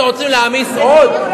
אתם רוצים להעמיס עוד?